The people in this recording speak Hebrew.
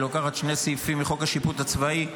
היא לוקחת שני סעיפים מחוק השיפוט הצבאי,